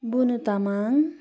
Bunu Tamang